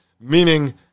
meaning